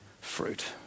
fruit